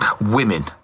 Women